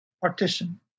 partition